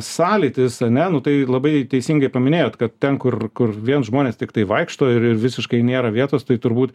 sąlytis ane nu tai labai teisingai paminėjot kad ten kur kur vien žmonės tiktai vaikšto ir ir visiškai nėra vietos tai turbūt